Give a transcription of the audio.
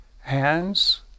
hands